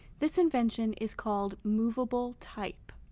this invention is called movable type.